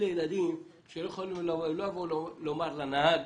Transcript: אלה ילדים שלא יבואו לומר לנהג